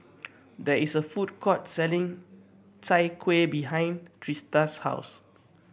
there is a food court selling Chai Kuih behind Trista's house